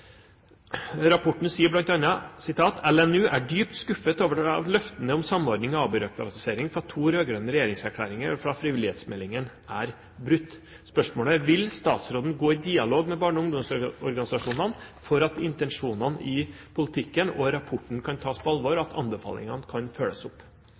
Rapporten sier bl.a.: «LNU er dypt skuffet over at løftene om samordning og avbyråkratisering fra to rødgrønne regjeringserklæringer og fra frivillighetsmeldingen er brutt.» Spørsmålet er: Vil statsråden gå i dialog med barne- og ungdomsorganisasjonene slik at intensjonene i politikken og i rapporten kan tas på alvor, og at anbefalingene kan følges opp?